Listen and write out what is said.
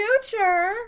future